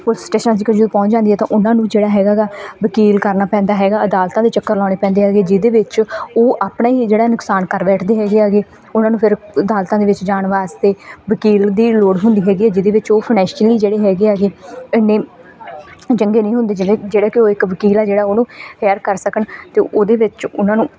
police station ਤੱਕ ਪਹੁੰਚ ਜਾਂਦੀ ਹੈ ਤਾਂ ਉਹਨਾਂ ਨੂੰ ਜਿਹੜਾ ਹੈਗਾ ਗਾ ਵਕੀਲ ਕਰਨਾ ਪੈਂਦਾ ਹੈਗਾ ਅਦਾਲਤਾਂ ਦੇ ਚੱਕਰ ਲਗਾਉਣੇ ਪੈਂਦੇ ਹੈਗੇ ਜਿਹਦੇ ਵਿੱਚ ਉਹ ਆਪਣਾ ਹੀ ਹੈ ਜਿਹੜਾ ਨੁਕਸਾਨ ਕਰ ਬੈਠਦੇ ਹੈਗੇ ਐਗੇ ਉਹਨਾਂ ਨੂੰ ਫਿਰ ਅਦਾਲਤਾਂ ਦੇ ਵਿੱਚ ਜਾਣ ਵਾਸਤੇ ਵਕੀਲ ਦੀ ਲੋੜ ਹੁੰਦੀ ਹੈਗੀ ਆ ਜਿਹਦੇ ਵਿੱਚ ਉਹ ਫਨੈਸ਼ੀਅਲੀ ਜਿਹੜੇ ਹੈਗੇ ਐਗੇ ਇੰਨੇ ਚੰਗੇ ਨਹੀਂ ਹੁੰਦੇ ਜਿਹੜੇ ਜਿਹੜੇ ਕਿ ਉਹ ਇੱਕ ਵਕੀਲ ਆ ਜਿਹੜੀ ਉਹਨੂੰ ਹਾਇਰ ਕਰ ਸਕਣ ਅਤੇ ਉਹਦੇ ਵਿੱਚ ਉਹਨਾਂ ਨੂੰ